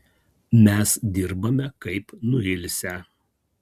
mes dirbame kaip nuilsę